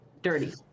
dirty